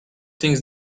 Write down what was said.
things